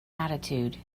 attitude